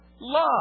love